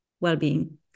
well-being